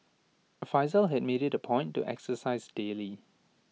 Faizal had made IT A point to exercise daily